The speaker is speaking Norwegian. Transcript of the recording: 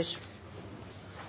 er